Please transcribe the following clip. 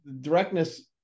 directness